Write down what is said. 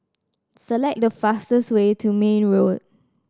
select the fastest way to Mayne Road